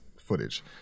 footage